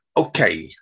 okay